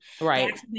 Right